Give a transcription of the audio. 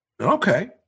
Okay